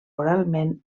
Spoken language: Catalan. oralment